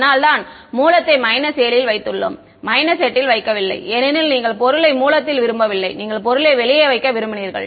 அதனால்தான் மூலத்தை 7 இல் வைத்துள்ளோம் 8 இல் வைக்கவில்லை ஏனெனில் நீங்கள் பொருளை மூலத்தில் விரும்பவில்லை நீங்கள் பொருளை வெளியே வைக்க விரும்பினீர்கள்